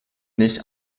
nicht